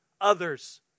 others